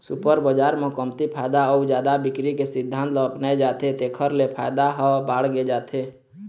super बजार म कमती फायदा अउ जादा बिक्री के सिद्धांत ल अपनाए जाथे तेखर ले फायदा ह बाड़गे जाथे